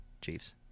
Chiefs